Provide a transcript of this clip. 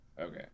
Okay